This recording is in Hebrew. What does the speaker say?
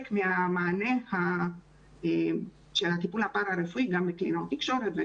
מהמענה של הטיפול הפרה-רפואי של קלינאיות תקשורת,